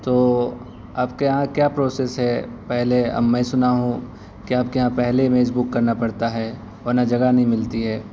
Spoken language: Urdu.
تو آپ کے یہاں کیا پروسیس ہے پہلے اب میں سنا ہوں کہ آپ کے یہاں پہلے میز بک کرنا پڑتا ہے ورنہ جگہ نہیں ملتی ہے